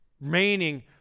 Remaining